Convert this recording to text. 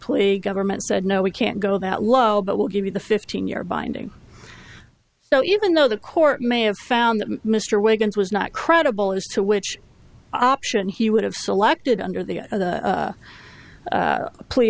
plead government said no we can't go that low but we'll give you the fifteen year binding so even though the court may have found that mr wiggins was not credible as to which option he would have selected under the